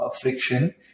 friction